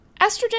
Estrogen